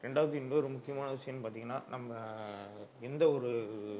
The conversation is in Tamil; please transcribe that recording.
ரெண்டாவது இன்னோரு முக்கியமான விஷயம்னு பார்த்தீங்கன்னா நம்ம எந்த ஒரு